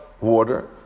water